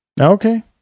Okay